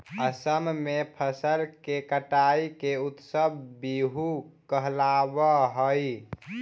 असम में फसल के कटाई के उत्सव बीहू कहलावऽ हइ